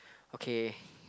okay